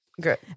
good